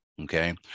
okay